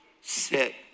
sit